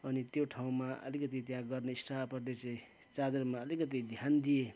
अनि त्यो ठाउँमा अलिकति त्यहाँ गर्ने स्टाफहरू चाहिँ चार्जरमा अलिकति ध्यान दिए